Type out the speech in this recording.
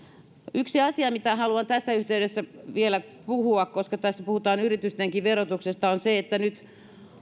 yksi asia mistä haluan tässä yhteydessä vielä puhua koska tässä puhutaan yritystenkin verotuksesta on se että nyt